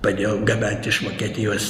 padėjo gabent iš vokietijos